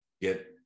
get